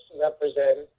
represent